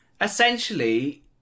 essentially